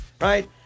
right